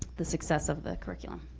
the success of the curriculum.